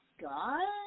God